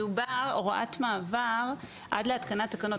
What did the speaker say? מדובר בהוראת מעבר עד להתקנת תקנות.